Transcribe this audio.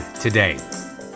today